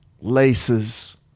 laces